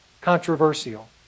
controversial